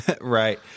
Right